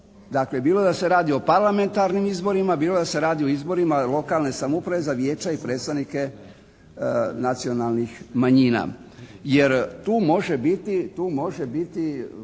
Dakle bilo da se radi o parlamentarnim izborima. Bilo da se radi o izborima lokalne samouprave za vijeća i predstavnike nacionalnih manjina. Jer tu može biti,